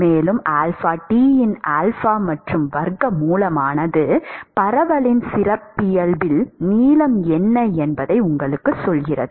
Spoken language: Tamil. மேலும் t யின் ஆல்பா மற்றும் வர்க்க மூலமானது பரவலின் சிறப்பியல்பு நீளம் என்ன என்பதை உங்களுக்குச் சொல்கிறது